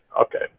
Okay